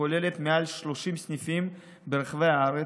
הכוללת מעל 30 סניפים ברחבי הארץ,